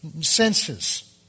senses